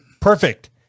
Perfect